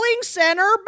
center